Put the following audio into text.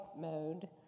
mode